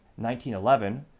1911